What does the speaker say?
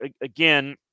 again